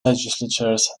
legislatures